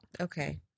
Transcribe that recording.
Okay